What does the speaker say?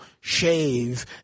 shave